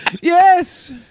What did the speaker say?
Yes